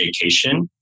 vacation